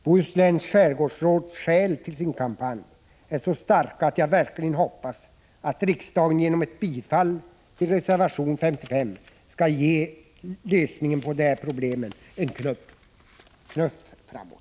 Bohusläns skärgårdsråds skäl för sin kampanj är så starka, att jag verkligen hoppas att riksdagen genom ett bifall till reservation 55 skall ge lösningen på de här problemen en knuff framåt.